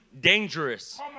dangerous